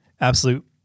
absolute